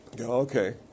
Okay